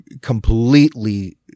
completely